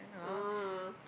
oh